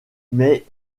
mais